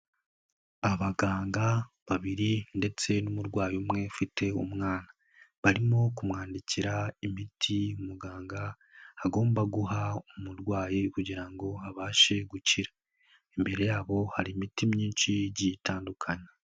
Abaganga babiri ndetse n'umurwayi umwe ufite umwana, barimo kumwandikira imiti muganga agomba guha umurwayi kugira ngo abashe gukira, imbere yabo hari imiti myinshi igiye itandukanye.